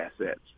assets